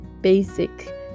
basic